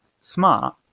smart